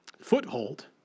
foothold